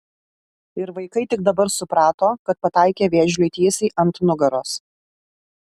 ir vaikai tik dabar suprato kad pataikė vėžliui tiesiai ant nugaros